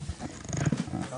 בשעה